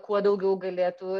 kuo daugiau galėtų